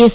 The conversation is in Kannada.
ಎಸ್